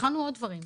בחנו עוד דברים,